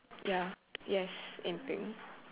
ya yes